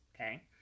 okay